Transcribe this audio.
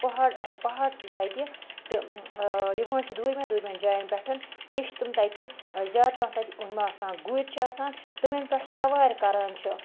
پہاڑ پہاڑ تہِ چھِ تَتہِ تہٕ یِوان چھِ دوٗرمٮ۪ن دوٗرمٮ۪ن جایَن پٮ۪ٹھ بیٚیہِ چھِ تِم تَتہِ زیادٕ پہَن تَتہٕ یِم آسان گُرۍ چھِ آسان تِمَن پٮ۪ٹھٕ سوارِ کَران چھِ